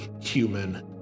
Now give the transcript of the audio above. human